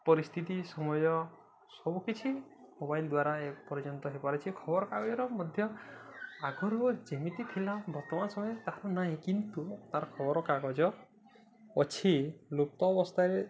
ପରିସ୍ଥିତି ସମୟ ସବୁକିଛି ମୋବାଇଲ ଦ୍ୱାରା ଏ ପର୍ଯ୍ୟନ୍ତ ହେଇପାରିଛି ଖବରକାଗଜର ମଧ୍ୟ ଆଗରୁ ଯେମିତି ଥିଲା ବର୍ତ୍ତମାନ ସମୟରେ ତାହା ନାହିଁ କିନ୍ତୁ ତା'ର ଖବରକାଗଜ ଅଛି ଲୁପ୍ତ ଅବସ୍ଥାରେ